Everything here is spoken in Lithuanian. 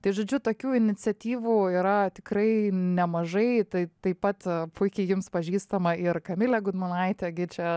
tai žodžiu tokių iniciatyvų yra tikrai nemažai tai taip pat puikiai jums pažįstama ir kamilė gudmonaitė gi čia